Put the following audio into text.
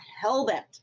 hell-bent